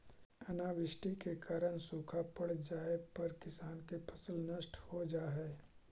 अनावृष्टि के कारण सूखा पड़ जाए पर किसान के फसल नष्ट हो जा हइ